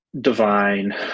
Divine